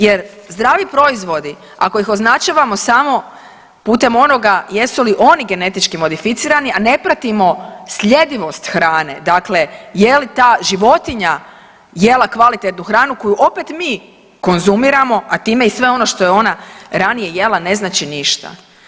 Jer zdravi proizvodi ako ih označavamo samo putem onoga jesu li samo oni genetički modificirani, a ne pratimo sljedivost hrane, dakle je li ta životinja jela kvalitetnu hranu koju opet mi konzumiramo, a time i sve ono što je ona ranije jela ne znači ništa.